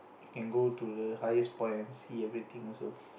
you can go to the highest point and see everything also